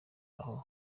aho